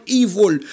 evil